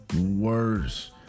worse